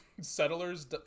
settlers